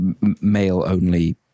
male-only